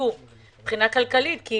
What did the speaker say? התרסקו כלכלית כי